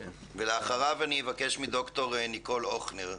אחריו תדבר ד"ר ניקול הוכנר.